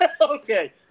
Okay